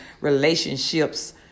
relationships